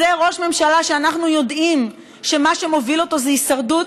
זה ראש ממשלה שאנחנו יודעים שמה שמוביל אותו זה הישרדות,